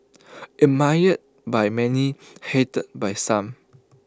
admired by many hated by some